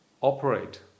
operate